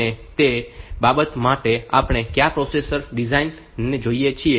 અને તે બાબત માટે આપણે કયા પ્રોસેસર ડિઝાઇન ને જોઈએ છીએ